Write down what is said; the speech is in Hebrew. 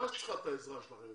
שממש צריכה את העזרה שלכם.